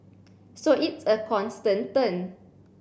so it's a constant turn